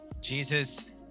Jesus